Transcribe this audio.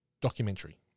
documentary